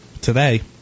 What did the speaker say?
today